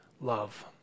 love